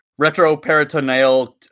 retroperitoneal